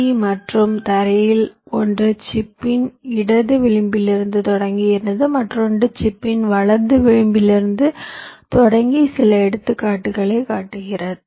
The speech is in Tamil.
டி மற்றும் தரையில் ஒன்று சிப்பின் இடது விளிம்பிலிருந்து தொடங்குகிறது மற்றொன்று சிப்பின் வலது விளிம்பிலிருந்து தொடங்கி சில எடுத்துக்காட்டுகளைக் காட்டுகிறது